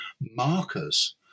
markers